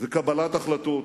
וקבלת החלטות.